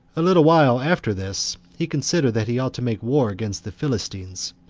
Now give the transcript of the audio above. a litlle while after this, he considered that he ought to make war against the philistines,